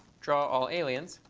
draw all aliens,